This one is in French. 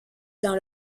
dans